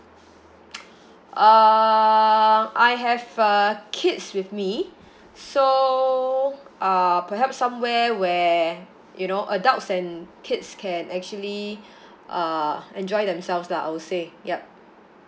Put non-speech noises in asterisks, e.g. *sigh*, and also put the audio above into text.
*noise* uh I have uh kids with me so uh perhaps somewhere where you know adults and kids can actually enjoy uh themselves lah I would say yup